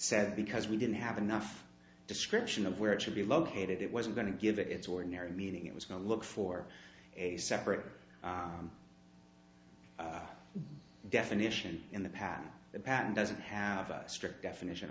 said because we didn't have enough description of where it should be located it wasn't going to give it its ordinary meaning it was going to look for a separate definition in the pattern the pattern doesn't have a strict definition